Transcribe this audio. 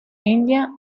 india